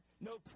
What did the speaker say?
No